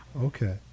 Okay